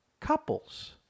Couples